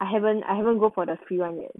I haven't I haven't go for the free [one] eh